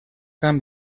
camp